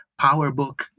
PowerBook